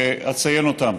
ואציין אותן: